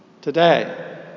today